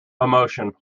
emotion